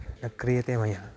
न क्रियते मया